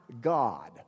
God